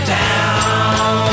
down